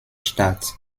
stadt